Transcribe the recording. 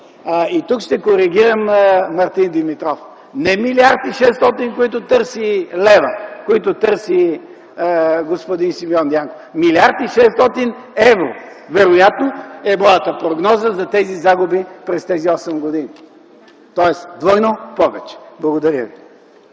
Тук ще коригирам Мартин Димитров – не 1 млрд. 600 млн. лв., които търси господин Симеон Дянков. Милиард и шестстотин евро вероятно е моята прогноза за тези загуби през тези 8 години. Тоест двойно повече. Благодаря Ви.